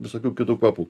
visokių kitų kvapų